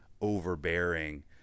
overbearing